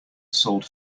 sold